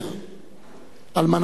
זיכרונו לברכה, אלמנתו אנקי,